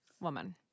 woman